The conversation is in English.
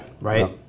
Right